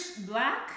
black